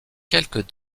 quelques